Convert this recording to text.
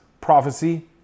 prophecy